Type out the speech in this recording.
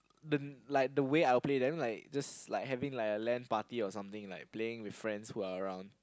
the like the way I'll play then like just like having like a lan party or something like playing with friends who are around